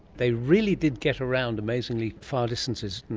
they really did get around amazingly far distances,